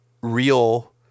real